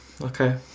Okay